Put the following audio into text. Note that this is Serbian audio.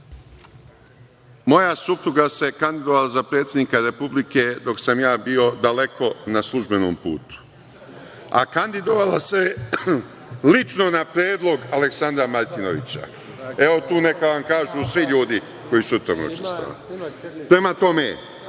Moja supruga se kandidovala za predsednika Republike dok sam ja bio daleko na službenom putu, a kandidovala se lično na predlog Aleksandra Martinovića. Evo, tu neka vam kažu svi ljudi koji su u tome učestvovali. Prema tome,